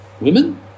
women